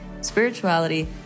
spirituality